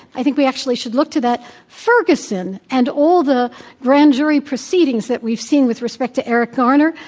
i think we actually should look to that. ferguson and all the grand jury proceedings that we've seen with respect to eric garner,